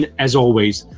and as always,